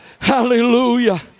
hallelujah